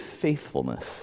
faithfulness